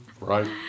Right